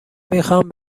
میخوام